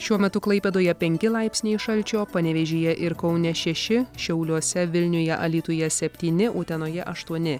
šiuo metu klaipėdoje penki laipsniai šalčio panevėžyje ir kaune šeši šiauliuose vilniuje alytuje septyni utenoje aštuoni